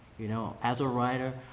you know? as a writer,